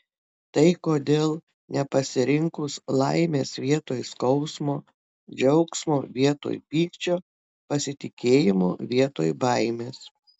tai kodėl nepasirinkus laimės vietoj skausmo džiaugsmo vietoj pykčio pasitikėjimo vietoj baimės